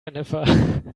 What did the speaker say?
jennifer